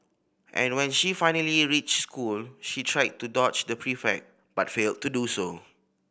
and when she finally reached school she tried to dodge the prefect but failed to do so